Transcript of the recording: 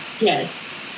Yes